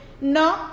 no